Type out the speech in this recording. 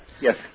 Yes